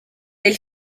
del